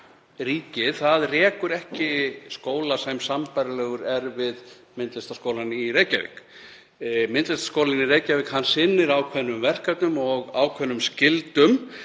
ríkið rekur ekki skóla sem er sambærilegur við Myndlistaskólann í Reykjavík. Myndlistaskólinn í Reykjavík sinnir ákveðnum verkefnum og ákveðnum skyldum.